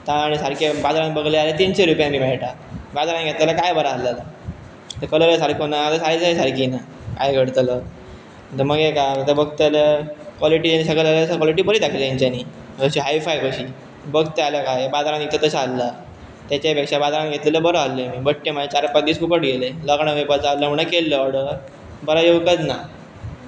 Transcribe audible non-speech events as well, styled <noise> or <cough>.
तां आनी सारकें बाजारान बघले जाल्यार तिनशीं रुपयान बी मेळटा बाजारान घेतला जाल्यार काय बरां आसलालां कलरय सारको ना आतां सायझय सारकी ना काय करतल आतां मगेर काय आतां बगतले कॉलिटी सगले जाल्या कॉलिटी <unintelligible> बरी दाखयल्या तेंच्यांनी अशी हायफाय कशी बघतय जाल्यार काय बाजारान इकतत तशें आसलां तेच्या पेक्षा बाजारान घेतलेलो बरो आहलोलो मी बश्टे मगेर चार पांच दिस फुकट गेले लग्नाक वयपाचां आसलां म्हणान केल्ल ऑर्डर बरां येवकच ना